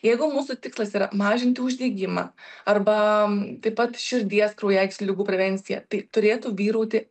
jeigu mūsų tikslas yra mažinti uždegimą arba taip pat širdies kraujagyslių ligų prevenciją tai turėtų vyrauti